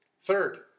Third